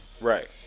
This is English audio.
Right